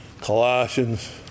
Colossians